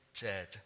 dead